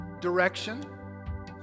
direction